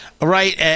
right